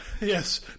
Yes